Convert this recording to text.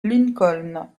lincoln